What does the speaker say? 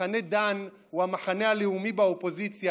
מחנה דן הוא המחנה הלאומי באופוזיציה,